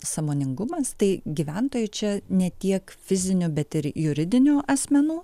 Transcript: sąmoningumas tai gyventojai čia ne tiek fizinių bet ir juridinių asmenų